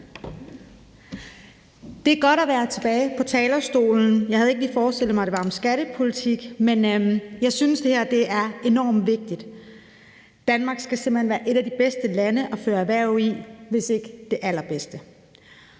Det er godt at være tilbage på talerstolen. Jeg havde ikke lige forestillet mig, at det ville være om skattepolitik, men jeg synes, det her er enormt vigtigt. Danmark skal simpelt hen være et af de bedste lande at drive erhverv i, hvis ikke det allerbedste.